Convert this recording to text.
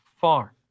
far